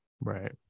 Right